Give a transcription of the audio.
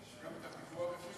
גם את הפיקוח הפריטו?